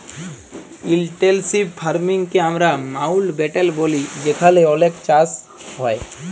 intensive farming কে আমরা মাউল্টব্যাটেল ব্যলি যেখালে অলেক চাষ হ্যয়